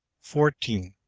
fourteen.